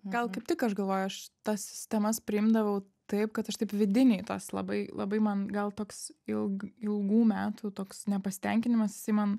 gal kaip tik aš galvoju aš tas sistemas priimdavau taip kad aš taip vidiniai tas labai labai man gal toks ilg ilgų metų toks nepasitenkinimas jisai man